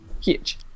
Huge